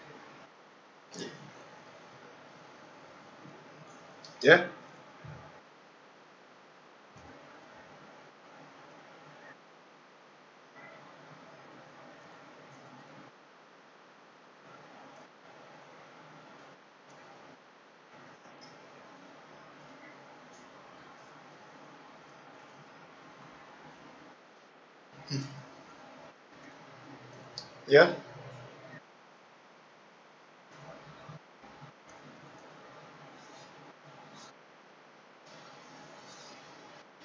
ya ya